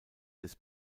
des